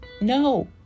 No